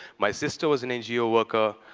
my sister was an ngo worker.